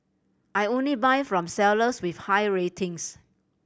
I only buy from sellers with high ratings